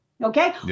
Okay